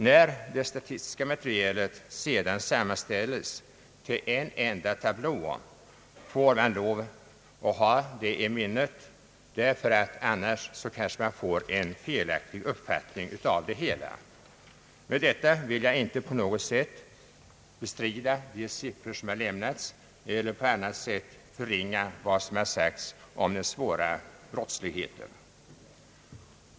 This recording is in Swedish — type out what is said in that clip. När sedan det statistiska materialet sammanställes till en enda tablå får man ha det i minnet, ty annars får man kanske en felaktig bild av det hela. Med det vill jag inte på något sätt bestrida riktigheten av de siffror som har lämnats eller på annat sätt förringa vad som har sagts om den svåra brottsligheten i vårt land.